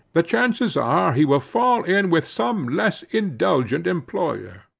the chances are he will fall in with some less indulgent employer,